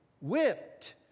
whipped